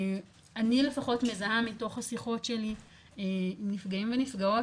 אני לפחות מזהה מתוך השיחות שלי עם נפגעים ונפגעות